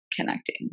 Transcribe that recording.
connecting